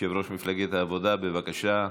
יושב-ראש מפלגת העבודה, בבקשה.